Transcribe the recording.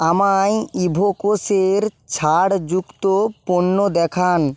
আমায় ইভোকসের ছাড় যুক্ত পণ্য দেখান